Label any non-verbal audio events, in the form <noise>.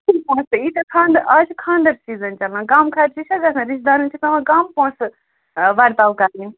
<unintelligible> ییٖتیٛاہ آز چھِ خانٛدر سیٖزن چَلان کَم خرچہِ چھا گژھان رِشتہٕ دارَن چھِ پٮ۪وان کَم پونٛسہٕ وَرتاو کَرٕنۍ